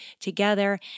together